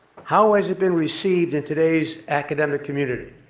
how has it been received in today's academic community?